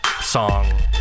song